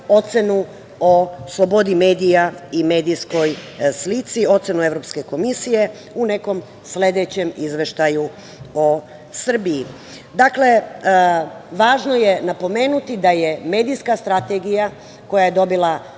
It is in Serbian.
ocenu o slobodi medija i medijskoj slici, ocenu Evropske komisije u nekom sledećem izveštaju o Srbiji. Dakle, važno je napomenuti da je medijska strategija koja je dobila